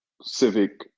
civic